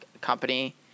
company